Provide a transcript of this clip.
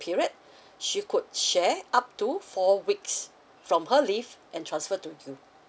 period she could share up to four weeks from her leave and transfer to you